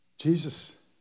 Jesus